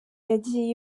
yagiye